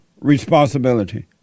responsibility